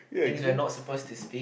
things we are not supposed to speak